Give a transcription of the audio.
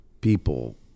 people